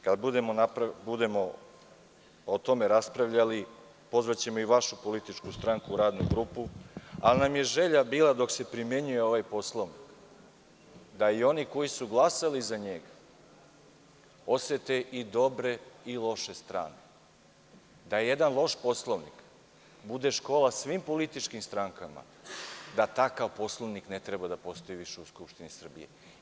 Kada budemo o tome raspravljali, pozvaćemo i vašu političku stranku u radnu grupu, ali nam je želja bila dok se primenjuje ovaj Poslovnik da i oni koji su glasali za njega osete i dobre i loše strane, da jedan loš Poslovnik bude škola svim političkim strankama, da takav Poslovnik ne treba da postoji više u Skupštini Srbije.